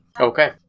Okay